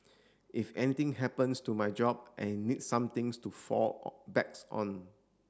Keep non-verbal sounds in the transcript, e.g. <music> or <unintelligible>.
if anything happens to my job I need somethings to fall <unintelligible> backs on